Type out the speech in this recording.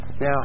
Now